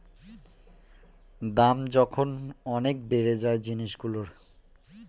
দাম যখন অনেক বেড়ে যায় জিনিসগুলোর